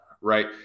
right